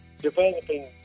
Developing